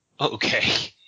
Okay